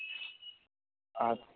আচ্ছা